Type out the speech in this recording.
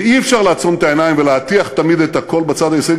ואי-אפשר לעצום את העיניים ולהטיח תמיד את הכול בצד הישראלי,